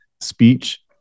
speech